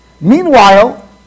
Meanwhile